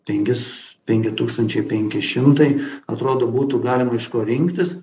penkis penki tūkstančiai penki šimtai atrodo būtų galima iš ko rinktis